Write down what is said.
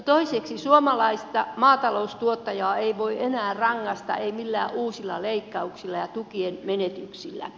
toiseksi suomalaista maataloustuottajaa ei voi enää rangaista ei millään uusilla leikkauksilla ja tukien menetyksillä